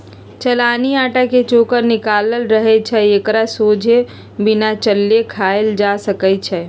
चलानि अटा के चोकर निकालल रहै छइ एकरा सोझे बिना चालले खायल जा सकै छइ